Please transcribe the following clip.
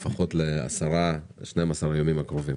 לפחות ל-12-10 הימים הקרובים.